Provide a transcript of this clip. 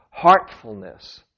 heartfulness